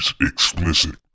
explicit